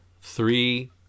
three